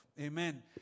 Amen